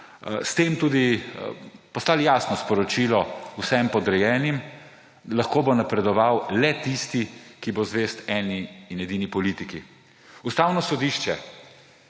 ste tem poslali tudi jasno sporočilo vsem podrejenim, da bo lahko napredoval le tisti, ki bo zvest eni in edini politiki. Ustavno sodišče